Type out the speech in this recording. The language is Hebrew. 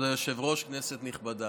כבוד היושב-ראש, כנסת נכבדה,